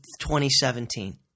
2017